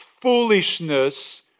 foolishness